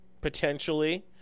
potentially